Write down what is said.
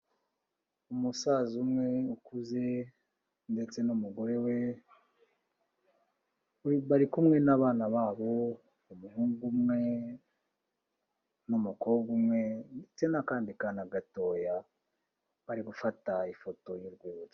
Umusaza umwe ukuze ndetse n'umugore we, bari kumwe n'abana babo, umuhungu umwe n'umukobwa umwe ndetse n'akandi kana gatoya, bari gufata ifoto y'urwibutso.